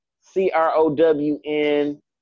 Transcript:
c-r-o-w-n